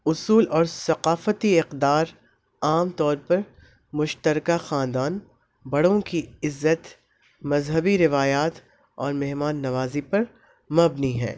اصول اور ثقافتی اقدار عام طور پر مشترکہ خاندان بڑوں کی عزت مذہبی روایات اور مہمان نوازی پر مبنی ہے